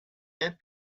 and